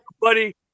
buddy